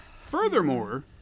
Furthermore